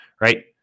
right